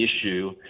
issue